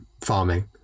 farming